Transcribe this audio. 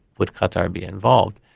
would qatar be involved.